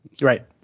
Right